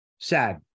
sad